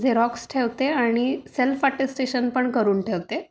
Xerox ठेवते आणि self attestation पण करून ठेवते